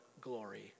glory